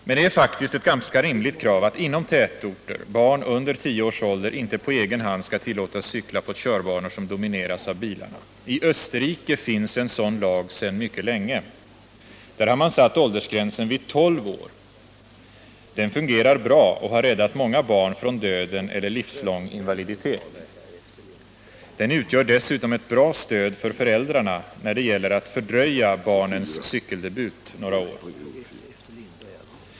Men det är faktiskt ett ganska rimligt krav att inom tätorter barn under tio års ålder inte på egen hand skall tillåtas cykla på körbanor som domineras av bilarna. I Österrike finns en sådan lag sedan mycket länge. Där har man satt åldersgränsen vid tolv år. Den fungerar bra och har räddat många barn från döden eller livslång invaliditet. Den utgör dessutom ett bra stöd för föräldrarna när det gäller att fördröja barnens cykeldebut några år.